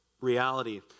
reality